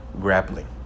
grappling